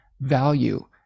value